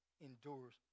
endures